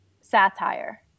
satire